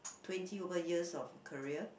twenty over years of career